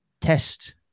test